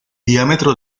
diámetro